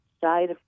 side